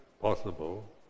possible